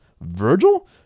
Virgil